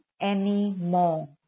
anymore